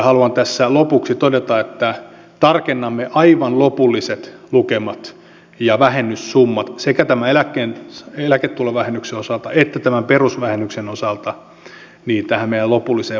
haluan tässä lopuksi todeta että tarkennamme aivan lopulliset lukemat ja vähennyssummat sekä tämän eläketulovähennyksen osalta että tämän perusvähennyksen osalta tähän meidän lopulliseen vaihtoehtobudjettiimme